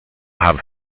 have